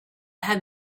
had